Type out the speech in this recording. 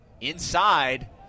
inside